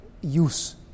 use